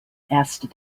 asked